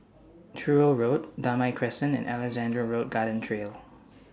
Truro Road Damai Crescent and Alexandra Road Garden Trail